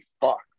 fuck